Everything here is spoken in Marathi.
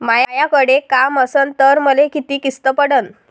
मायाकडे काम असन तर मले किती किस्त पडन?